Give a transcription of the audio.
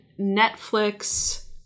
Netflix